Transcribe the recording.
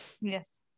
Yes